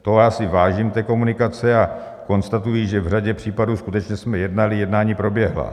Toho já si vážím, té komunikace, a konstatuji, že v řadě případů skutečně jsme jednali, jednání proběhla.